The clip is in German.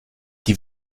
die